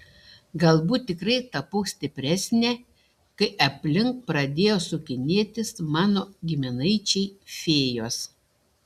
galbūt tikrai tapau stipresnė kai aplink pradėjo sukinėtis mano giminaičiai fėjos